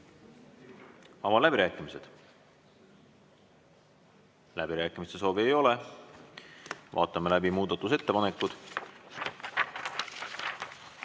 Avan läbirääkimised. Läbirääkimiste soovi ei ole. Vaatame läbi muudatusettepanekud.